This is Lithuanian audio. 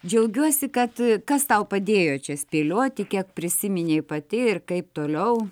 džiaugiuosi kad kas tau padėjo čia spėlioti kiek prisiminei pati ir kaip toliau